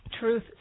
truth